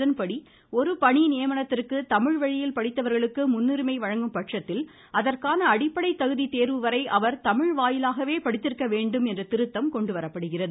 அதன்படி ஒரு பணி நியமனத்திற்கு தமிழ் வழியில் படித்தவர்களுக்கு முன்னுரிமை வழங்கும்பட்சத்தில் அதற்கான அடிப்படை தகுதி தேர்வு வரை அவர் தமிழ் வாயிலாகவே படித்திருக்க வேண்டும் என்ற திருத்தம் கொண்டுவரப்படுகிறது